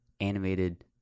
animated